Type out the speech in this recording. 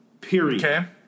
period